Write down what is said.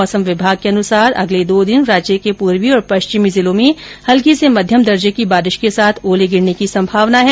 मौसम विभाग के अनुसार अगले दो दिन राज्य के पूर्वी और पश्चिमी जिलों में हल्के से मध्यम दर्जे की बारिश के साथ ओले गिरने की संभावना है